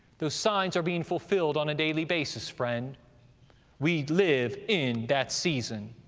those signs are being fulfilled on a daily basis, friend we live in that season.